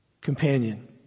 companion